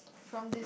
from this